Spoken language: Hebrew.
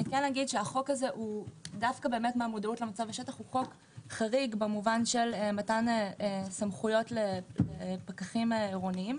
החוק הזה חריג במובן של מתן סמכויות לפקחים עירוניים.